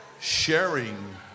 sharing